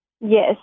Yes